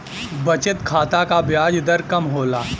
बचत खाता क ब्याज दर कम होला